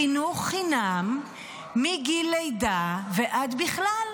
חינוך חינם מגיל לידה ועד בכלל.